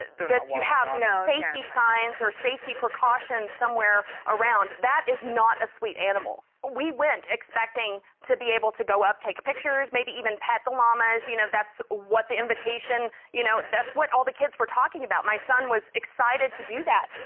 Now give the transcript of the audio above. that you have safety signs or safety precautions somewhere around. that is not a sweet animal. we went expecting to be able to go up, take pictures, maybe even pet the llamas, you know, that's what the invitation, you know, that's what all the kids were talking about. my son was excited to do that.